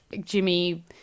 Jimmy